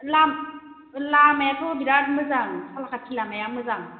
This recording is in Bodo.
दा लामायाथ' बिरात मोजां सालाखाथि लामाया मोजां